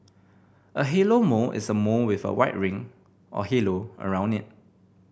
a halo mole is a mole with a white ring or halo around it